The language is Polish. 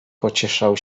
pocieszał